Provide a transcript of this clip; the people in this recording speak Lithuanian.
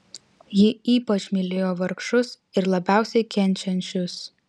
ji ypač mylėjo vargšus ir labiausiai kenčiančius